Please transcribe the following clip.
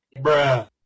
bruh